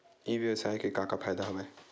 ई व्यवसाय के का का फ़ायदा हवय?